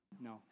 No